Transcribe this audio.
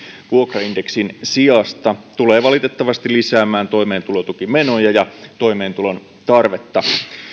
vuokraindeksin sijasta tulee valitettavasti lisäämään toimeentulotukimenoja ja toimeentulotuen tarvetta